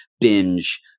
binge